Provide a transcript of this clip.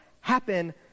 happen